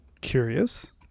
Curious